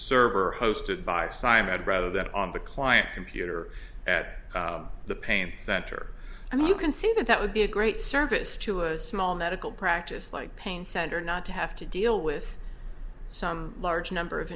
server hosted by simon i'd rather that on the client computer at the pain center i mean you can see that that would be a great service to a small medical practice like pain center not to have to deal with some large number of